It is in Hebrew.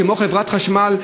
כמו חברת החשמל,